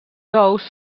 ous